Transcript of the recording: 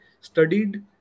studied